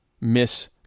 miss